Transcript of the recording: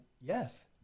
Yes